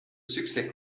succès